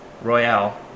Royale